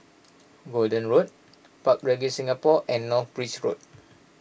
Gordon Road Park Regis Singapore and North Bridge Road